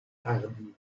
hardie